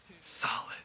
solid